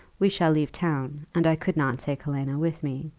we shall leave town, and i could not take helena with me.